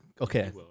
okay